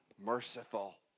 merciful